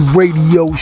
radio